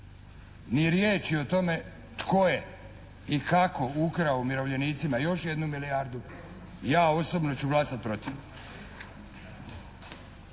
ni riječi o tome tko je i kako ukrao umirovljenicima još jednu milijardu ja osobno ću glasati protiv.